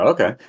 Okay